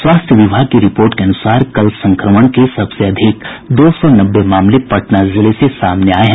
स्वास्थ्य विभाग की रिपोर्ट के अनुसार कल संक्रमण के सबसे अधिक दो सौ नब्बे मामले पटना जिले में सामने आये हैं